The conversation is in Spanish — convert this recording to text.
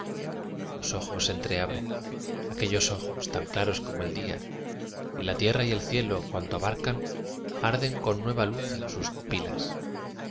los ojos entreabre aquellos ojos tan claros como el día y la tierra y el cielo cuanto abarcan arden con nueva luz en sus pupilas